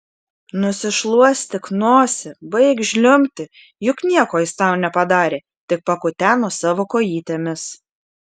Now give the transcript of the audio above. nusišluostyk nosį baik žliumbti juk nieko jis tau nepadarė tik pakuteno savo kojytėmis